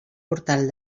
portal